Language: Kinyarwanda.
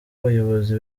abayobozi